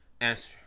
Answer